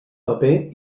paper